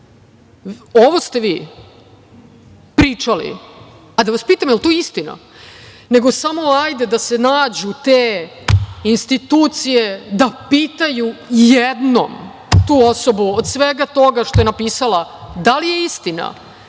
ovo ste vi pričali. Da vas pitam – da li je to istina? Nego, samo ajde da se nađu te institucije da pitaju jednom tu osobu od svega toga što je napisala da li je istina